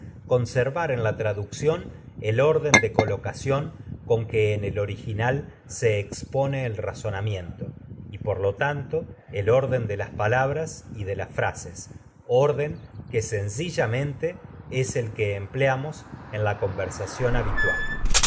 orden en la traducción de colocación con que por en el original se expone el razonamiento y lo tanto orden el orden de que las palabras y de las es frases sencillamente el que em pleamos en la conversación habitual